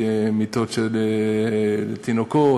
מיטות של תינוקות,